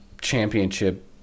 Championship